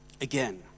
again